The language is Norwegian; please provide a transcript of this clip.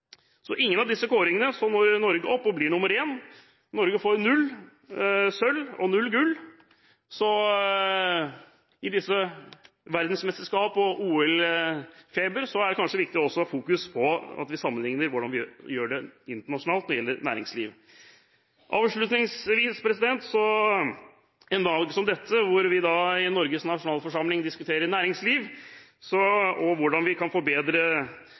ingen av disse kåringene når Norge opp og blir nr. 1. Norge får null sølvmedaljer og null gullmedaljer. I disse verdensmesterskaps- og OL-tider er det kanskje også viktig å ha fokus på å se hvordan vi gjør det internasjonalt når det gjelder næringsliv. På en dag som dette, når vi i Norges nasjonalforsamling diskuterer næringslivet og hvordan vi kan